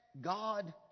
God